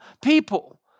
people